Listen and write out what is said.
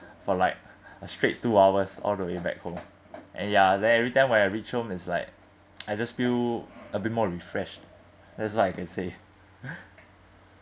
for like a straight two hours all the way back home and ya then every time when I reach home is like I just feel a bit more refreshed that's all I can say